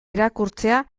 irakurtzea